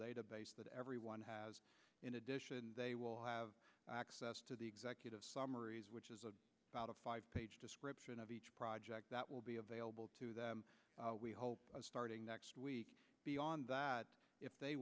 database that everyone has in addition they will have access to the executive summaries which is a about a five page description of each project that will be available to them we hope starting next week beyond that if they